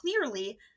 clearly